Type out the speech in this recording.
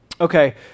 Okay